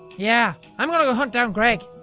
yeah i'm gonna go hunt down gregg.